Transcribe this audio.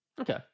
Okay